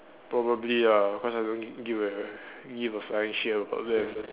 probably ah cause I don't give a give a flying shit about them